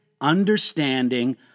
understanding